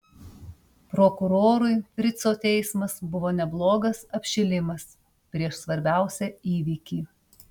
prokurorui frico teismas buvo neblogas apšilimas prieš svarbiausią įvykį